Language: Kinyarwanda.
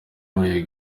muri